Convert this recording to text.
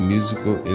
Musical